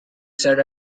said